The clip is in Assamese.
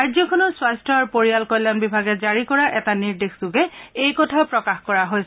ৰাজ্যখনৰ স্বাস্থ্য আৰু পৰিয়াল কল্যাণ বিভাগে জাৰি কৰা এটা নিৰ্দেশযোগে এই কথা প্ৰকাশ কৰা হৈছে